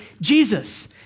Jesus